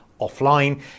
offline